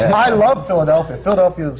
i love philadelphia. philadelphia is